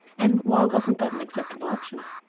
and why wasn't that an acceptable option?